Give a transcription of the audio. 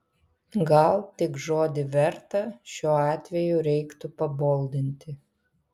gal tik žodį verta šiuo atveju reiktų paboldinti